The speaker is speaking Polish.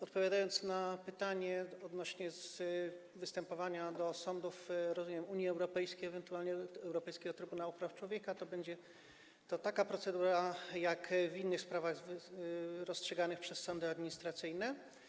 Odpowiadając na pytanie odnośnie do występowania do sądów, rozumiem, Unii Europejskiej ewentualnie do Europejskiego Trybunału Praw Człowieka - będzie to taka procedura jak w innych sprawach rozstrzyganych przez sądy administracyjne.